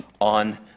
on